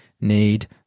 need